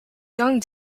young